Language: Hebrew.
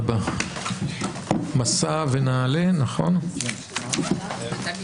ננעלה בשעה 13:10.